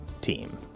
team